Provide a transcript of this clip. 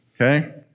Okay